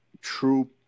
true